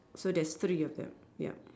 so there's three of them ya